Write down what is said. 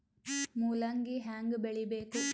ಮೂಲಂಗಿ ಹ್ಯಾಂಗ ಬೆಳಿಬೇಕು?